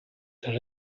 there